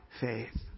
faith